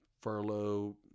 furlough